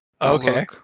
Okay